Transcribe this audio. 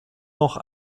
noch